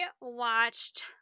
watched